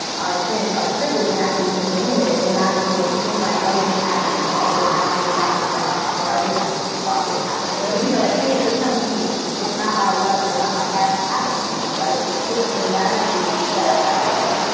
our experience, white privilege and actually to name it and not just make it seem like, oh, it just happens like i just actually got this job or i just want this house or, you know, like things just come to me. it's not by luck or sound by happenstance. i systematically set up that way.